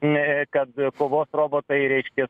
ne kad kovos robotai reiškias